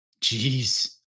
Jeez